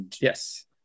Yes